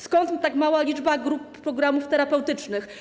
Skąd tak mała liczba grup programów terapeutycznych?